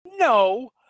No